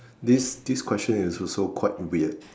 this this question is also quite weird